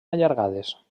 allargades